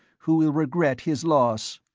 who will regret his loss.